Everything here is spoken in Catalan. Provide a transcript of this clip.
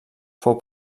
fou